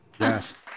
yes